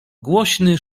głośny